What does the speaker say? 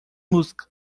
música